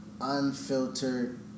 unfiltered